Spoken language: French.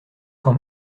quand